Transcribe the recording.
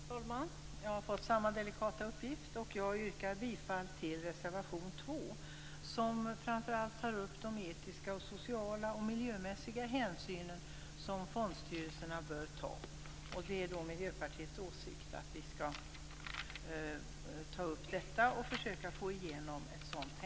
Herr talman! Jag har fått samma delikata uppgift. Jag yrkar bifall till reservation 2, som framför allt tar upp de etiska, sociala och miljömässiga hänsynen som fondstyrelserna bör ta. Det är Miljöpartiets åsikt att försöka få in ett sådant tänkande.